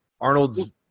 Arnold's